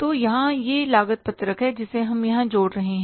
तो यहाँ यह लागत पत्रक है जिसे हम यहाँ जोड़ रहे हैं